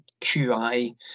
QI